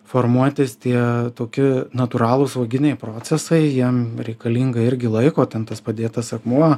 formuotis tie toki natūralūs vaginiai procesai jiem reikalinga irgi laiko ten tas padėtas akmuo